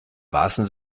wahrsten